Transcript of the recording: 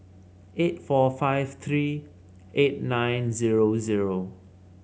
eight four five three eight nine zero zero